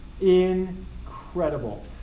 Incredible